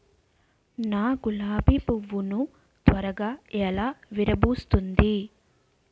నా గులాబి పువ్వు ను త్వరగా ఎలా విరభుస్తుంది?